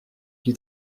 qui